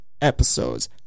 episodes